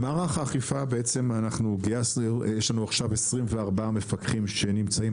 במערך האכיפה יש לנו עכשיו 24 מפקחים שנמצאים